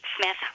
Smith